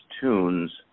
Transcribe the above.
tunes